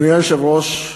אדוני היושב-ראש,